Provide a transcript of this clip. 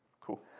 Cool